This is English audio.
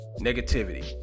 negativity